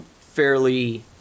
fairly